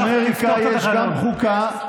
באמריקה יש גם חוקה,